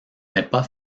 n’est